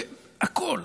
הכול.